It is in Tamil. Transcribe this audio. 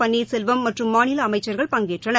பன்னீர்செல்வம் மற்றும் மாநில அமைச்சா்கள் பங்கேற்றன்